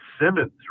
Simmons